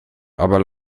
aber